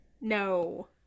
No